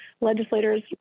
legislators